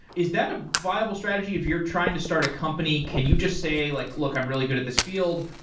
is that a viable strategy? if you're trying to start a company, can you just say, like look. i'm really good at this field.